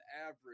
average